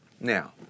Now